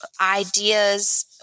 ideas